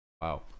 wow